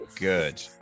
good